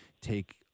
take